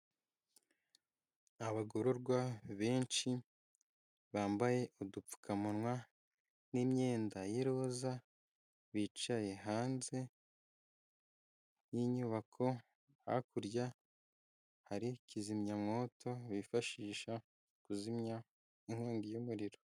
Abagororwa benshi bambaye udupfukamunwa n'imyenda y'iroza bicaye hanze y'inyubako, hakurya hari kizimyamwoto bifashisha kuzimya inkongi y'umuriro.